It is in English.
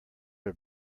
are